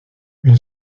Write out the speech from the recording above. une